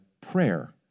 prayer